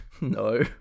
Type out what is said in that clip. No